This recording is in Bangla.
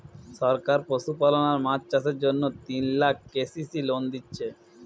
সরকার পশুপালন আর মাছ চাষের জন্যে তিন লাখ কে.সি.সি লোন দিচ্ছে